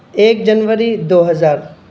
ایک جنوری دو ہزار